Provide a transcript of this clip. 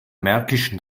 märkischen